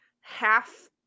half